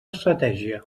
estratègia